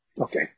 okay